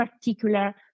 particular